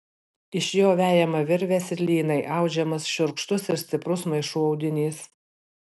iš jo vejama virvės ir lynai audžiamas šiurkštus ir stiprus maišų audinys